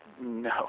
No